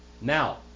Now